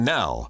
now